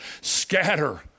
scatter